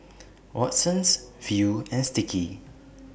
Watsons Viu and Sticky